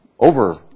over